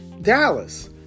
Dallas